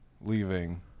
leaving